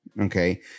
Okay